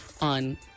on